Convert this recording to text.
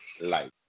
life